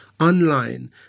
online